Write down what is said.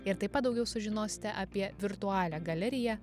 ir taip pat daugiau sužinosite apie virtualią galeriją